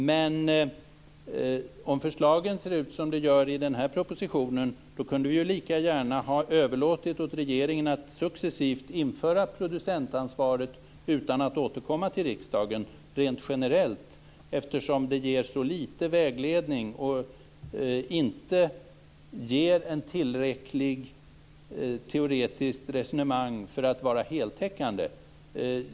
Men eftersom förslagen ser ut som de gör i den här propositionen, kunde vi lika gärna ha överlåtit åt regeringen att successivt införa producentansvaret utan att återkomma till riksdagen rent generellt, eftersom det ger så litet vägledning och inte ett tillräckligt teoretiskt resonemang för att vara heltäckande.